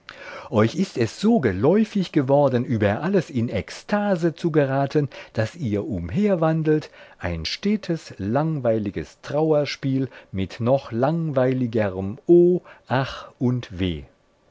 euch ist es so geläufig geworden über alles in ekstase zu geraten daß ihr umherwandelt ein stetes langweiliges trauerspiel mit noch langweiligerem o ach und weh